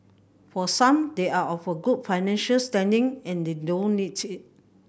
for some they are of a good financial standing and they don't need it